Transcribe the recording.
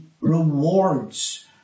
rewards